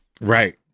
Right